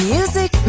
Music